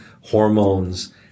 hormones